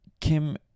Kim